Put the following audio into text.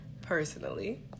personally